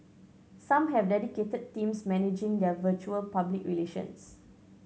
some have dedicated teams managing their virtual public relations